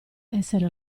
essere